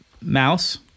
Mouse